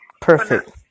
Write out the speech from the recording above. perfect